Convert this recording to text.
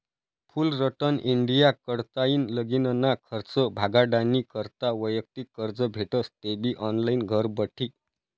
Fullerton India कडताईन लगीनना खर्च भागाडानी करता वैयक्तिक कर्ज भेटस तेबी ऑनलाईन घरबठी